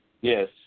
Yes